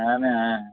आं ना